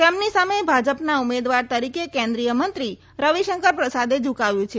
તેમની સામે ભાજપના ઉમેદવાર તરીક કેન્દ્રીય મંત્રી રવિશંકર પ્રસાદે ઝકાવ્યું છે